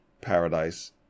paradise